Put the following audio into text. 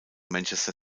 manchester